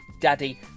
Daddy